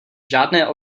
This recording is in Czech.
žádné